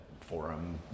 forum